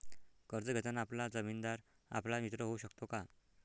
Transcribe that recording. कर्ज घेताना आपला जामीनदार आपला मित्र होऊ शकतो का?